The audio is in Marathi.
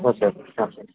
ओक्के ओके चालतं आहे